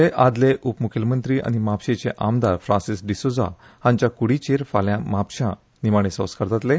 गोयचे आदले उपम्खेलमंत्री आनी म्हापशेचे आमदार फ्रांसिस डिसोझा हाँच्या क्डीचेर फाल्या म्हापश्या निमाणे संस्करा जातले